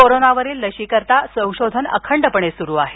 कोरोनावरील लसीकरिता संशोधन अखंडपणे सुरु आहे